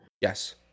Yes